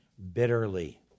bitterly